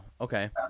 Okay